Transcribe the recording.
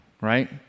right